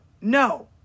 No